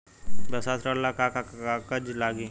व्यवसाय ऋण ला का का कागज लागी?